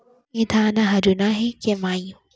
ए धान ह हरूना हे के माई?